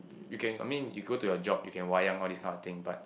you can I mean you go to your job you can wayang all this kind of thing but